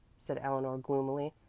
said eleanor gloomily.